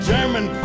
German